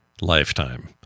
lifetime